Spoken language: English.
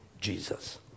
Jesus